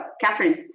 Catherine